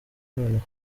noneho